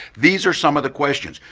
these are some of the questions.